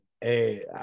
Hey